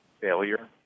failure